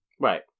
Right